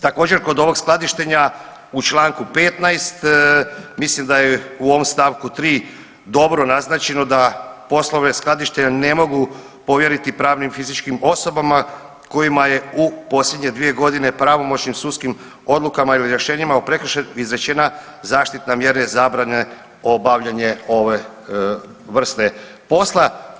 Također kod ovog skladištenja u članku 15. mislim da je u ovom stavku 3. dobro naznačeno da poslove skladištenja ne mogu povjeriti pravnim i fizičkim osobama kojima je u posljednje dvije godine pravomoćnim sudskim odlukama ili rješenjima o prekršaju izrečena zaštitna mjera obavljanja ove vrste posla.